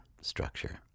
structure